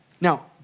Now